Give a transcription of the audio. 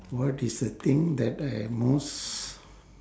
what is a thing that I am most